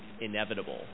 inevitable